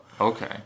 Okay